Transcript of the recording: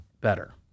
better